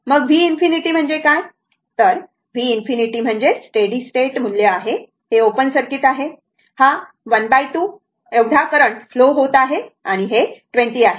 मग v ∞ म्हणजे काय तर v ∞ म्हणजे स्टेडी स्टेट मूल्य आहे हे ओपन सर्किट आहे हा ½ करंट फ्लो होत आहे आणि ते 20 आहे